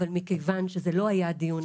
אבל מכיוון שזה לא היה הדיון,